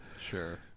Sure